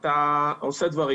אתה עושה דברים,